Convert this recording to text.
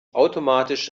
automatisch